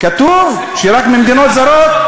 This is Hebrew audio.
כתוב שרק ממדינות זרות.